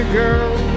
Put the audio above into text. girl